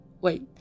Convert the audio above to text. wait